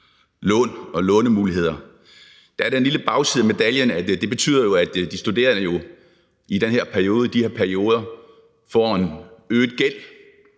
su-lånemuligheder. Der er den lille bagside af medaljen, at det jo betyder, at de studerende i den periode får en øget gæld,